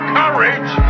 courage